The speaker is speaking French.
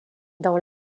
dans